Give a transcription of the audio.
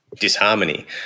disharmony